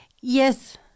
Yes